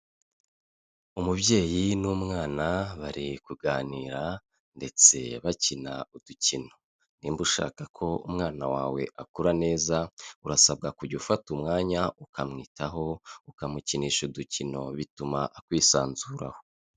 Umubyeyi n'umwana bari kuganira ndetse bakina udukino, nimba ushaka ko umwana wawe akura neza urasabwa kujya ufata umwanya ukamwitaho, ukamukinisha udukino bituma akwisanzuraho.